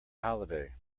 holiday